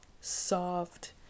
soft